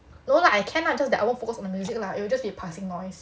no lah I can lah just that I won't focus on the music lah it'll just be passing noise